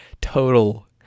total